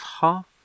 half